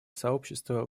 сообщество